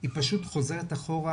היא פשוט חוזרת אחורה,